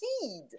feed